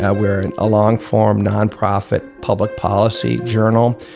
yeah we're in a long form nonprofit public policy journal.